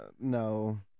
no